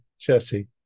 Jesse